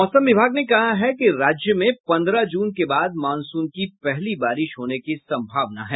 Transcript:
मौसम विभाग ने कहा है कि राज्य में पन्द्रह जून के बाद मॉनसून की पहली बारिश होने की संभावना है